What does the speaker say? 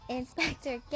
Inspector